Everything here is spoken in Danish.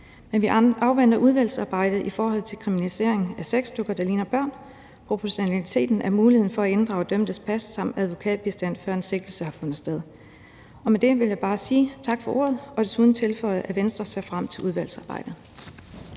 Men vi afventer udvalgsarbejdet i forhold til kriminalisering af sexdukker, der ligner børn, proportionaliteten i muligheden for at inddrage dømtes pas samt advokatbistand, før en sigtelse har fundet sted. Med det vil jeg bare sige tak for ordet og desuden tilføje, at Venstre ser frem til udvalgsarbejdet.